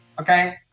Okay